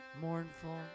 Mournful